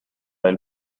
del